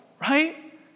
right